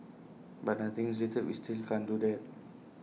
but nothing is deleted we still can't do that